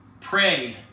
Pray